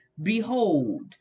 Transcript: behold